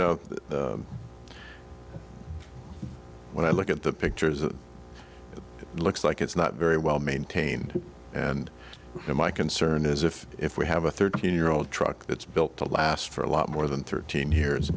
know when i look at the pictures it looks like it's not very well maintained and my concern is if if we have a thirteen year old truck that's built to last for a lot more than thirteen years